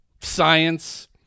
science